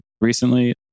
recently